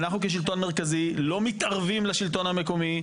אנחנו כשלטון מרכזי לא מתערבים לשלטון המרכזי.